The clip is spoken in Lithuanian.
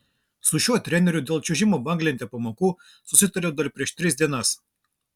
su šiuo treneriu dėl čiuožimo banglente pamokų susitariau dar prieš tris dienas